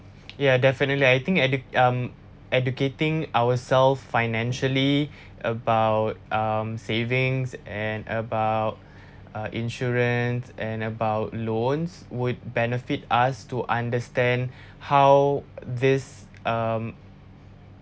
yeah definitely I think ede~ um educating ourselves financially about um savings and about uh insurance and about loans would benefit us to understand how this um